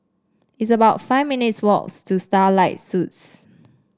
it's about five minutes' walks to Starlight Suites